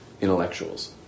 intellectuals